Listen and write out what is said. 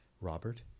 Robert